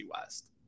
West